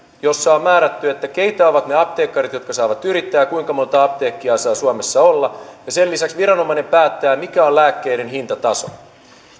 jossa on määrätty keitä ovat ne apteekkarit jotka saavat yrittää ja kuinka monta apteekkia saa suomessa olla sen lisäksi viranomainen päättää mikä on lääkkeiden hintataso